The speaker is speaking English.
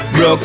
Bro